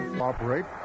Operate